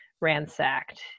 ransacked